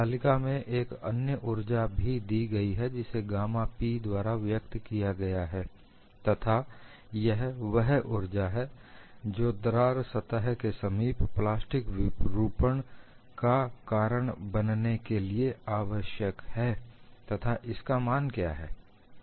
तालिका में एक अन्य ऊर्जा भी दी गई है जिसे गामा 'P' द्वारा व्यक्त किया गया है तथा यह वह ऊर्जा है जो दरार सतह के समीप प्लास्टिक विरूपण का कारण बनने के लिए आवश्यक है तथा इसका मान क्या है